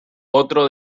otro